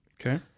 okay